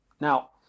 Now